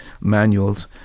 manuals